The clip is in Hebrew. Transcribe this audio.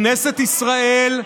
כנסת ישראל,